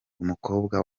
umukobwa